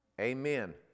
Amen